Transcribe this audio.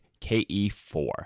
KE4